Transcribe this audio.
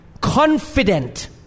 confident